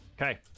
Okay